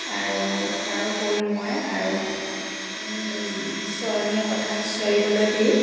আৰু তাৰ উপৰি মই আৰু চৰণীয়া পথাৰত চৰিবলৈ দি